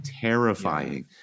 terrifying